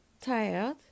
tired